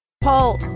Paul